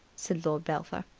said lord belpher.